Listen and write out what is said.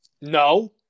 No